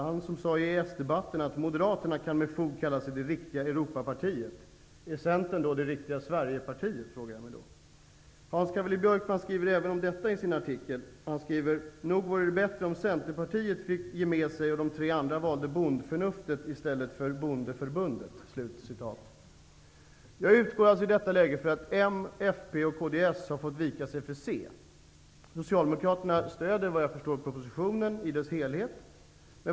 Han sade ju i EES-debatten att Moderaterna kan med fog kalla sig det riktiga Europapartiet. Är Centern då det riktiga Hans Cavalli-Björkman skriver även om detta i sin artikel: ''Nog vore det bättre om Centerpartiet fick ge med sig och de tre andra valde bondförnuftet i stället för Bondeförbundet.'' Jag utgår alltså i detta läge från att m, fp och kds har fått vika sig för c. Socialdemokraterna stöder vad jag förstår propositionen i dess helhet.